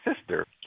sister